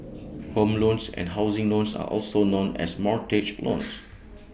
home loans and housing loans are also known as mortgage loans